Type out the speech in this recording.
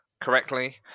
correctly